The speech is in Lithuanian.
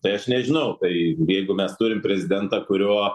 tai aš nežinau tai jeigu mes turim prezidentą kurio